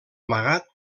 amagat